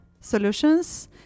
solutions